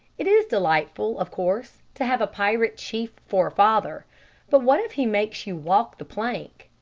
it is delightful, of course, to have a pirate chief for father but what if he makes you walk the plank?